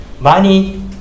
money